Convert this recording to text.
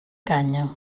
canya